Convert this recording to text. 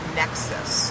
nexus